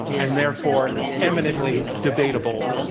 and therefore eminently debatable.